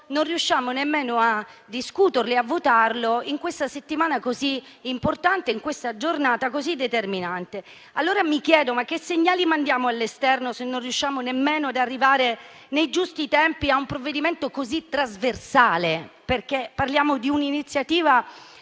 non riusciamo nemmeno a discuterlo e a votarlo in questa settimana così importante e in questa giornata così determinante. Allora mi chiedo: che segnali mandiamo all'esterno, se non riusciamo nemmeno ad arrivare nei giusti tempi a un provvedimento così trasversale? Parliamo di un'iniziativa